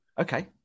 Okay